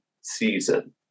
season